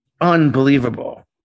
unbelievable